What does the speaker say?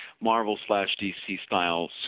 Marvel-slash-DC-style